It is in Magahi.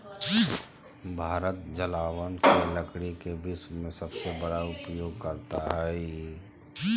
भारत जलावन के लकड़ी के विश्व में सबसे बड़ा उपयोगकर्ता हइ